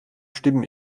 stimmen